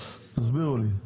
תסבירו לי.